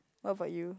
what about you